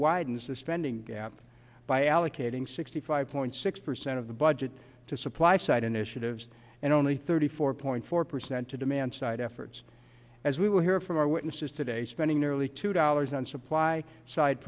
the spending gap by allocating sixty five point six percent of the budget to supply side initiatives and only thirty four point four percent to demand side efforts as we will hear from our witnesses today spending nearly two dollars on supply side